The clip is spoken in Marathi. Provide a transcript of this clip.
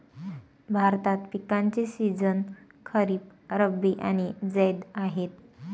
भारतात पिकांचे सीझन खरीप, रब्बी आणि जैद आहेत